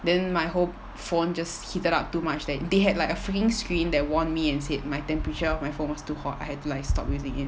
then my whole phone just heated up too much that they had like a flicking screen that warn me and said my temperature of my phone was too hot I had to like stop using it